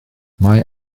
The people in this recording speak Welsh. mae